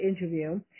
interview